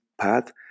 path